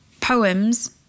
poems